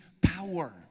power